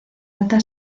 alta